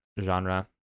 genre